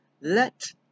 Let